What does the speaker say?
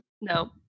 No